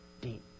deep